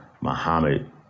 Muhammad